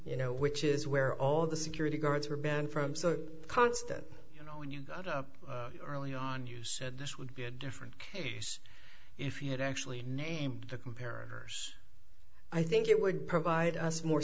you know which is where all the security guards were banned from so constant you know when you got up early on you said this would be a different case if you had actually named the comparative hers i think it would provide us more